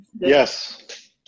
Yes